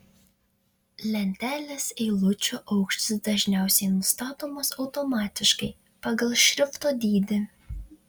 lentelės eilučių aukštis dažniausiai nustatomas automatiškai pagal šrifto dydį